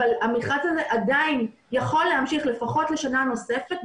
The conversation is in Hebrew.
אבל המכרז הזה עדיין יכול להמשיך לפחות לשנה נוספת,